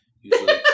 Usually